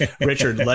Richard